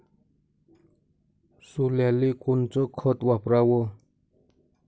सोल्याले कोनचं खत वापराव?